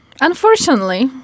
unfortunately